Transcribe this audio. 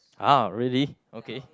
[huh] really okay